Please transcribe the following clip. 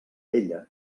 vella